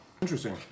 interesting